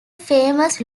famous